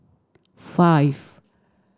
five